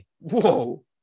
Whoa